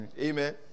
Amen